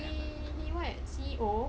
he he what C_E_O